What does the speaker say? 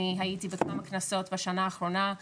אני הייתי בכמה כנסים בשנה האחרונה,